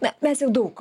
na mes jau daug